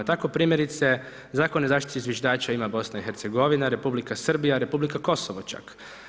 Tako primjerice, Zakon o zaštiti zviždača ima BIH, Republika Srbija, Republika Kosovo čak.